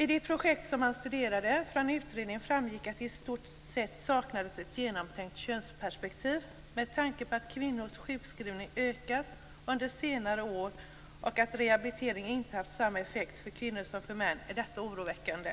Av de projekt som utredningen studerade framgick att det i stort sett saknades ett genomtänkt könsperspektiv. Med tanke på att kvinnors sjukskrivning ökat under senare år och att rehabilitering inte haft samma effekt för kvinnor som för män är detta oroväckande.